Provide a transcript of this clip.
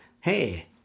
hey